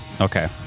Okay